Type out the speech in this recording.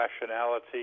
rationality